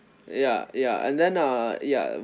ya ya and then uh ya